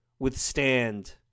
withstand